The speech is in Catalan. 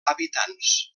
habitants